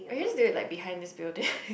or you can just do it like behind this building